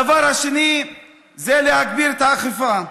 הדבר השני זה להגביר את האכיפה,